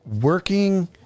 working